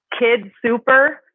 KidSuper